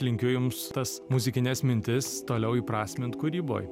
linkiu jums tas muzikines mintis toliau įprasmint kūryboj